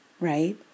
right